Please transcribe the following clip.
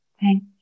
Thank